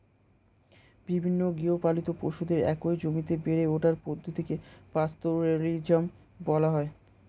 বিভিন্ন গৃহপালিত পশুদের একই জমিতে বেড়ে ওঠার পদ্ধতিকে পাস্তোরেলিজম বলা হয়